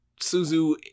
Suzu